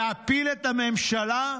להפיל את הממשלה?